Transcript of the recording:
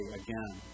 again